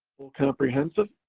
full comprehensive,